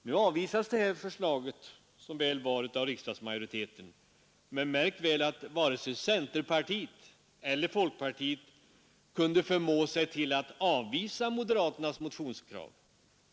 Nu avvisades det här förslaget, som väl var, av riksdagsmajoriteten Men märk väl att varken centerpartiet eller folkpartiet kunde förmå sig till att avvisa moderaternas motionskrav.